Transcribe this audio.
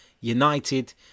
United